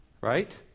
right